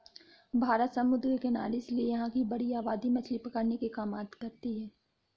भारत समुद्र के किनारे है इसीलिए यहां की बड़ी आबादी मछली पकड़ने के काम करती है